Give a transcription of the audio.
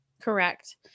Correct